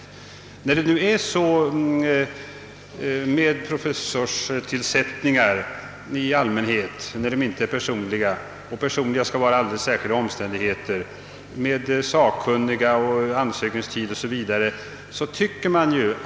Dessa allmänna omdömen skall alltså motsvara sakkunnigutlåtanden, ansökningstid o.s.v. vid pröfessorstillsättningar i allmänhet — för personliga professurer tillämpas ett alldeles särskilt förfarande.